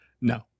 No